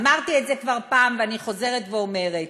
אמרתי את זה כבר פעם, ואני חוזרת ואומרת: